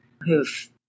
who've